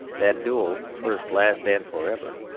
that duel, first, last, and for ever,